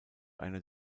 einer